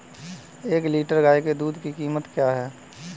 एक लीटर गाय के दूध की कीमत क्या है?